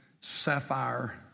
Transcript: sapphire